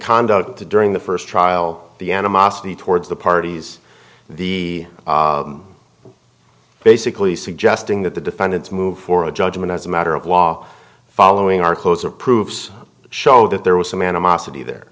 conduct to during the first trial the animosity towards the the parties basically suggesting that the defendants move for a judgment as a matter of law following are closer proofs show that there was some animosity there